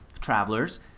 travelers